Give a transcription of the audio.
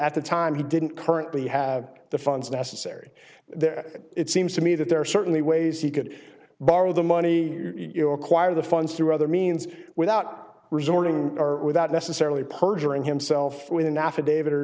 at the time he didn't currently have the funds necessary there it seems to me that there are certainly ways he could borrow the money you acquire the funds through other means without resorting or without necessarily perjuring himself with an affidavit or